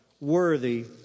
worthy